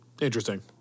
Interesting